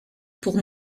pour